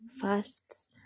fasts